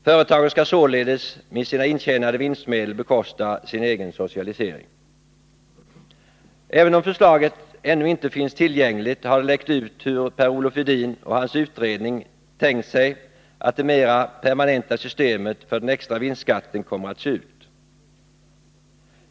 Företagen skall således med sina intjänade vinstmedel bekosta sin egen socialisering. Även om förslaget ännu inte finns tillgängligt, har det läckt ut hur Per-Olof Edin och hans utredning tänkt sig att det mera permanenta systemet för den extra vinstskatten skall komma att se ut.